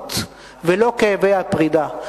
ההתאחות ולא כאבי הפרידה.